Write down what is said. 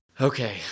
Okay